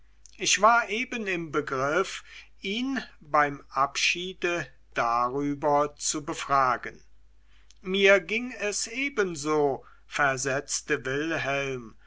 ich war eben im begriff ihn beim abschiede darüber zu befragen mir ging es ebenso versetzte wilhelm